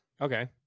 Okay